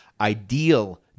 ideal